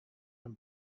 him